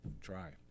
try